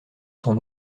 son